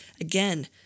Again